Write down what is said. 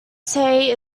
say